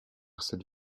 cette